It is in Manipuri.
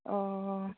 ꯑꯣ